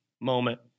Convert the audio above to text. moment